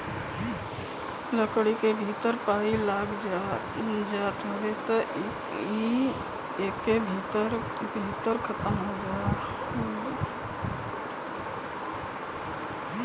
लकड़ी के भीतर पाई लाग जात हवे त इ एके भीतरे भीतर खतम हो जात बाटे